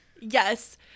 Yes